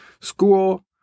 school